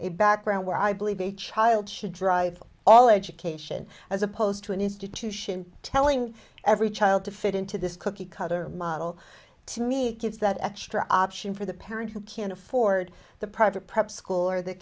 a background where i believe a child should drive all education as opposed to an institution telling every child to fit into this cookie cutter model to me kids that extra option for the parent who can't afford the private prep school or the